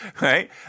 right